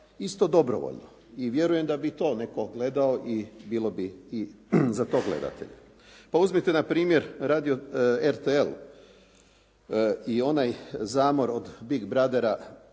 isto dobrovoljno i vjerujem da bi i to netko gledao i bilo bi i za to gledatelja. Pa uzmite na primjer radio RTL i onaj zamor od Big Brother-a